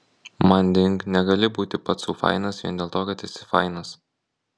manding negali būti pats sau fainas vien dėl to kad esi fainas